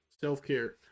Self-care